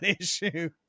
issue